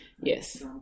Yes